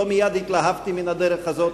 לא מייד התלהבתי מן הדרך הזאת,